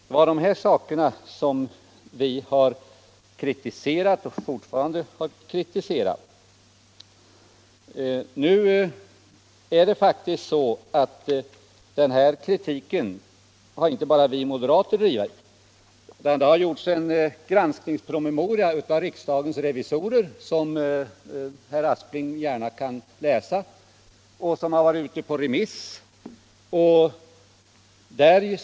Det är de här sakerna som vi har kritiserat och fortfarande kritiserar. Och den kritiken har faktiskt inte bara vi moderater drivit. Det har upprättats en granskningspromemoria av riksdagens revisorer vilken har varit ute på remiss och som herr Aspling gärna kunde läsa.